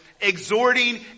exhorting